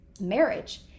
marriage